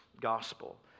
gospel